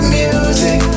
music